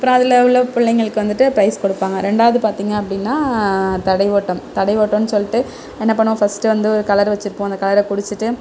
அப்பறம் அதில் உள்ள பிள்ளைங்களுக்கு வந்துட்டு ப்ரைஸ் கொடுப்பாங்க ரெண்டாவது பார்த்திங்க அப்படினா தடை ஓட்டம் தடை ஓட்டம்னு சொல்லிட்டு என்ன பண்ணுவோம் ஃபஸ்ட்டு கலர் வைச்சிருப்போம் அந்த கலரை பிடிச்சிட்டு